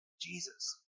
Jesus